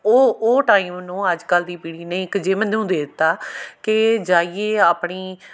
ਉਹ ਉਹ ਟਾਈਮ ਨੂੰ ਅੱਜ ਕੱਲ੍ਹ ਦੀ ਪੀੜ੍ਹੀ ਨੇ ਇੱਕ ਜਿੰਮ ਨੂੰ ਦੇ ਦਿੱਤਾ ਕਿ ਜਾਈਏ ਆਪਣੀ